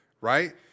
right